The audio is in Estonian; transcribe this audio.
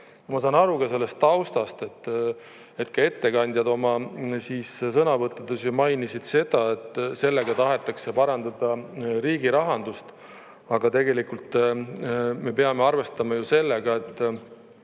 saan aru ka sellest taustast, et ettekandjad oma sõnavõttudes mainisid seda, et sellega tahetakse parandada riigi rahandust. Aga tegelikult me peame arvestama ju sellega, et